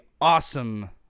awesome